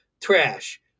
Trash